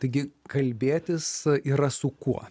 taigi kalbėtis yra su kuo